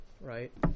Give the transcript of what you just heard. Right